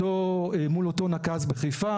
מול אותו נקז בחיפה,